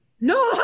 No